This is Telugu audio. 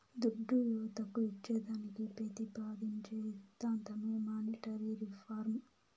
దుడ్డు యువతకు ఇచ్చేదానికి పెతిపాదించే సిద్ధాంతమే మానీటరీ రిఫార్మ్